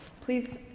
Please